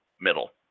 middle